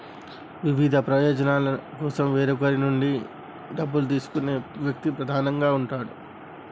వివిధ ప్రయోజనాల కోసం వేరొకరి నుండి డబ్బు తీసుకునే వ్యక్తి ప్రధానంగా ఉంటాడు